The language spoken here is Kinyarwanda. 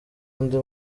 undi